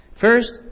First